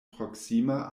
proksima